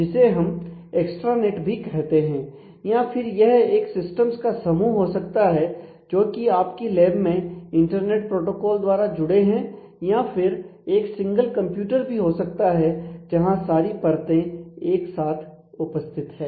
जिसे हम एक्स्ट्रानेट भी कहते हैं या फिर यह एक सिस्टम्स का समूह हो सकता है जोकि आपकी लैब में इंटरनेट प्रोटोकॉल द्वारा जुड़े हैं या फिर एक सिंगल कंप्यूटर भी हो सकता है जहां सारी परतें एक साथ उपस्थित हैं